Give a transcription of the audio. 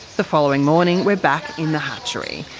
the following morning we are back in the hatchery,